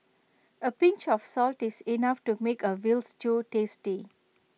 A pinch of salt is enough to make A Veal Stew tasty